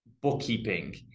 bookkeeping